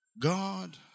God